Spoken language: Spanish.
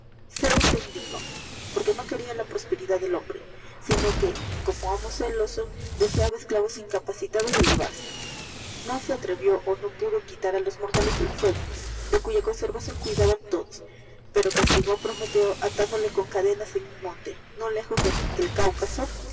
se indignó porque no queriala prosperidad de hombre sino que como amo celoso deseaba esclavos incapacitados de elevarse no be atrevió ó no pudo quitar á los mortales el fuego de cuy conservacion cuidaban todos pero cast igó á prometeo atil ndole con cadenas en un monte no lejos de el cáucaso